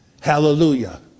Hallelujah